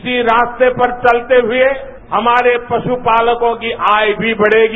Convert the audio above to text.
इसी रास्ते पर चलते हुए हमारे पशुपालकों की आय भी बढ़ेगी